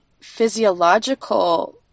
physiological